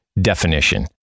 definition